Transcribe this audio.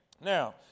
Now